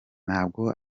ntabwo